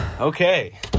Okay